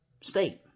state